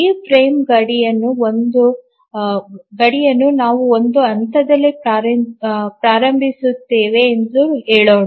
ಈ ಫ್ರೇಮ್ ಗಡಿಯನ್ನು ನಾವು ಒಂದು ಹಂತದಲ್ಲಿ ಪ್ರಾರಂಭಿಸುತ್ತೇವೆ ಎಂದು ಹೇಳೋಣ